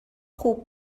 خوب